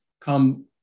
come